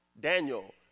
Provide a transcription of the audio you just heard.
Daniel